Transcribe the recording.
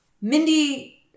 Mindy